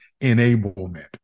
enablement